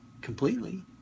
completely